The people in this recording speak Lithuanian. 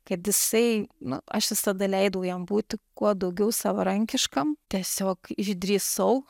kad jisai nu aš visada leidau jam būti kuo daugiau savarankiškam tiesiog išdrįsau